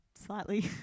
slightly